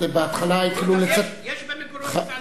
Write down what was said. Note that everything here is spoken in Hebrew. בהתחלה התחילו לצטט, יש במקורות גזענות.